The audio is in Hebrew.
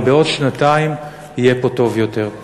אבל בעוד שנתיים יהיה פה טוב יותר.